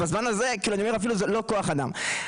כלומר זה לא כוח אדם.